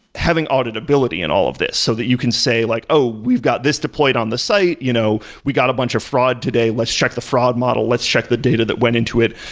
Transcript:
having auditability in all of these so that you can say like, oh! we've got this deployed on the site. you know we got a bunch of fraud today. let's check the fraud model. let's check the data that went into it.